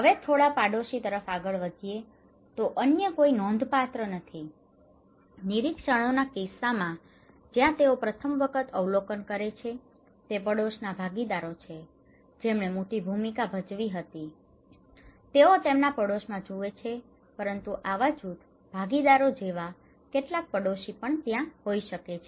હવે થોડા પાડોશીઓ તરફ આગળ વધીએ તો અન્ય કોઈ નોંધપાત્ર નથી નિરીક્ષણોના કિસ્સામાં જ્યાં તેઓ પ્રથમ વખત અવલોકન કરે છે તે પાડોશના ભાગીદારો છે જેમણે મોટી ભૂમિકા ભજવી હતી તેઓ તેમના પાડોશમાં જુએ છે પરંતુ આવા જૂથ ભાગીદારો જેવા કેટલાક પડોશીઓ પણ ત્યાં હોઈ શકે છે